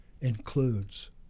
includes